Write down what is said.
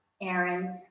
errands